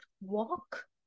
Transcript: Walk